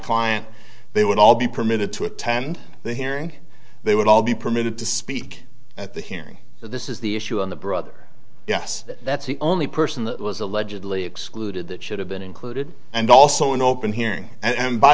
client they would all be permitted to attend the hearing they would all be permitted to speak at the hearing this is the issue on the brother yes that's the only person that was allegedly excluded that should have been included and also an open hearing and